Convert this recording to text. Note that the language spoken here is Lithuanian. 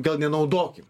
gal nenaudokim